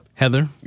Heather